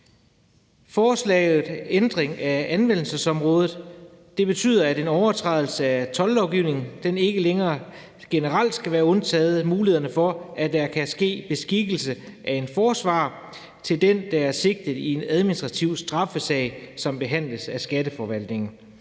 man en ændring af anvendelsesområdet. Det betyder, at en overtrædelse af toldlovgivningen ikke længere generelt skal være undtaget mulighederne for, at der kan ske beskikkelse af en forsvarer til den, der er sigtet i en administrativ straffesag, som behandles af Skatteforvaltningen.